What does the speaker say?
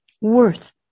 worth